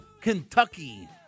Kentucky